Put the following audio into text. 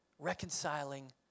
Reconciling